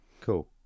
cool